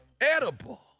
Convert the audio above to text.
Edible